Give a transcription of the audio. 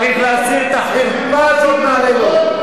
צריך להסיר את החרפה הזאת מעלינו.